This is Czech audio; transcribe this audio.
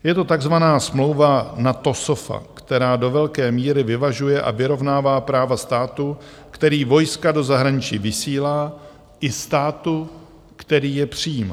Je to takzvaná smlouva NATO SOFA, která do velké míry vyvažuje a vyrovnává práva státu, který vojska do zahraničí vysílá, i státu, který je přijímá.